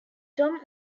tom